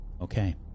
Okay